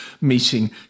meeting